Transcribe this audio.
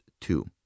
two